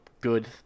good